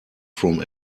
from